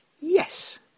Yes